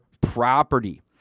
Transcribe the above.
property